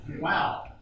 Wow